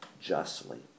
justly